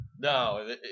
No